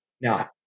Now